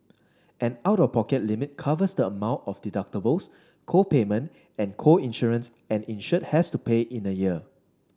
an out of pocket limit covers the amount of deductibles co payments and co insurance an insured has to pay in a year